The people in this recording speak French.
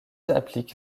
applique